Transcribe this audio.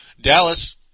Dallas